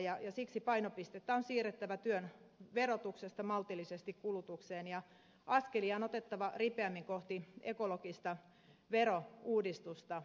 siksi painopistettä on siirrettävä työn verotuksesta maltillisesti kulutukseen ja askelia on otettava ripeämmin kohti ekologista verouudistusta